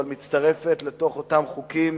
אבל מצטרפת לכל אותם חוקים